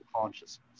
consciousness